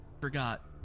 Forgot